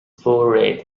buried